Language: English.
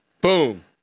Boom